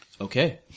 Okay